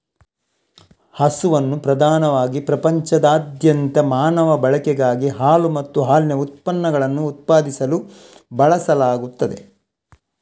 ಹಸುವನ್ನು ಪ್ರಧಾನವಾಗಿ ಪ್ರಪಂಚದಾದ್ಯಂತ ಮಾನವ ಬಳಕೆಗಾಗಿ ಹಾಲು ಮತ್ತು ಹಾಲಿನ ಉತ್ಪನ್ನಗಳನ್ನು ಉತ್ಪಾದಿಸಲು ಬಳಸಲಾಗುತ್ತದೆ